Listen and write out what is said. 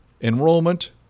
enrollment